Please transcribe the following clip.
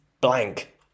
blank